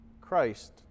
Christ